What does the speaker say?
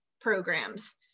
programs